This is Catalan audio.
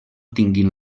tinguin